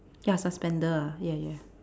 ya suspender ah ya ya